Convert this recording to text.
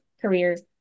careers